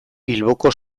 bilboko